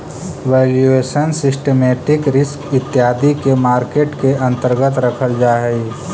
valuation, systematic risk इत्यादि के market के अंतर्गत रखल जा हई